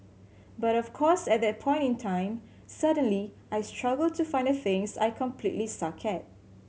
but of course at that point in time suddenly I struggle to find the things I completely suck at